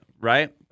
right